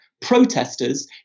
protesters